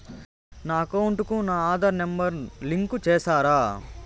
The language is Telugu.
నా అకౌంట్ కు నా ఆధార్ నెంబర్ లింకు చేసారా